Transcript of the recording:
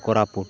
ᱠᱚᱨᱟᱯᱩᱴ